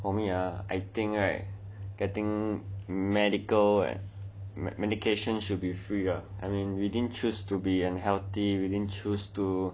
for me ah I think right getting medical med medication should be friga amin within choose to be unhealthy within choose to